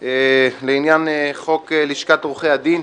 לעניין חוק לשכת עורכי הדין,